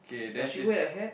does she wear a hat